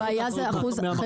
נניח